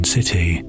City